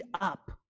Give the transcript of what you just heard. up